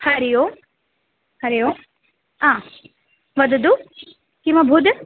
हरिः ओम् हरिः ओम् आ वदतु किमभूत्